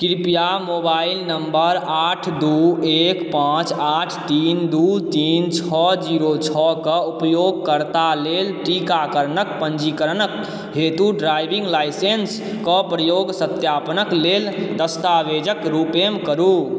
कृपया mobile number आठ दू एक पाँच आठ तीन दू तीन छओ जीरो छओके उपयोगकर्ता लेल टीकाकरणके पञ्जीकरणके हेतु ड्राइविङ्ग लाइसेन्सके प्रयोग सत्यापनके लेल दस्तावेजके रूपमे करू